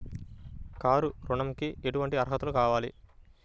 Car ఋణంకి ఎటువంటి అర్హతలు కావాలి?